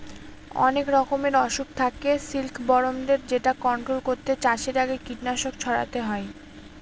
অনেক রকমের অসুখ থাকে সিল্কবরমদের যেটা কন্ট্রোল করতে চাষের আগে কীটনাশক ছড়াতে হয়